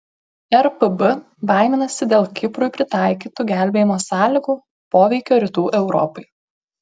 erpb baiminasi dėl kiprui pritaikytų gelbėjimo sąlygų poveikio rytų europai